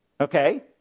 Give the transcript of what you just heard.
Okay